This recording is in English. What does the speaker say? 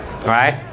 Right